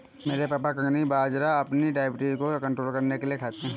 मेरे पापा कंगनी बाजरा अपनी डायबिटीज को कंट्रोल करने के लिए खाते हैं